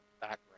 background